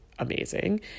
Amazing